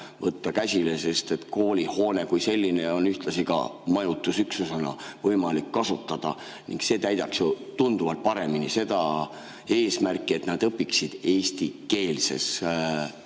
võtta käsile, sest koolihoonet kui sellist saab ühtlasi majutusüksusena võimalik kasutada. See täidaks ju tunduvalt paremini seda eesmärki, et nad õpiksid eestikeelses